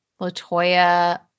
Latoya